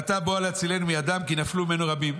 ועתה בואה להצילנו מידם כי נפלו ממנו רבים.